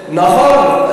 נכון.